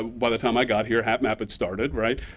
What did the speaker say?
by the time i got here hapmap had started, right?